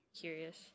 Curious